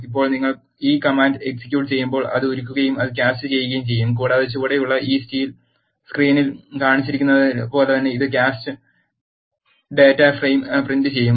ഇപ്പോൾ നിങ്ങൾ ഈ കമാൻഡ് എക്സിക്യൂട്ട് ചെയ്യുമ്പോൾ അത് ഉരുകുകയും അത് കാസ്റ്റുചെയ്യുകയും ചെയ്യും കൂടാതെ ചുവടെയുള്ള ഈ സ്ക്രീനിൽ കാണിച്ചിരിക്കുന്നതുപോലെ ഇത് കാസ്റ്റഡ് ഡാറ്റ ഫ്രെയിം പ്രിന്റുചെയ്യും